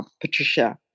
Patricia